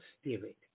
spirit